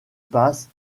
passe